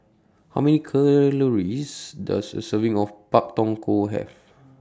How Many Does A Serving of Pak Thong Ko Have